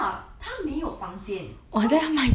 ya 他没有房间 so